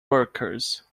workers